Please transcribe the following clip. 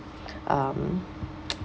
um